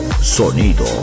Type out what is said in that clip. sonido